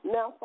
Now